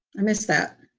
i miss that,